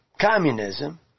communism